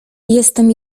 jestem